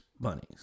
bunnies